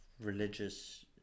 religious